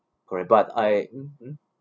correct but I mm mm